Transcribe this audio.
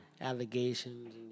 allegations